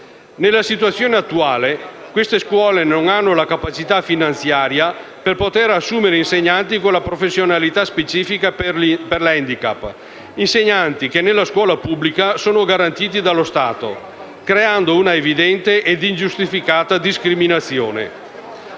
Nella situazione attuale queste scuole non hanno la capacità finanziaria per poter assumere insegnanti con le professionalità specifica per l'*handicap*, insegnanti che nella scuola pubblica sono garantiti dallo Stato, creando una evidente e ingiustificata discriminazione.